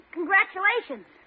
Congratulations